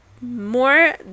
more